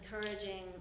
encouraging